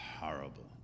horrible